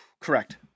Correct